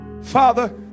Father